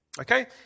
Okay